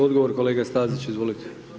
Odgovor kolega Stazić, izvolite.